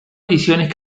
ediciones